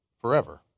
forever